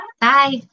bye